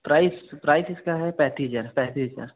price price इसका है पैंतीस हज़ार पैंतीस हज़ार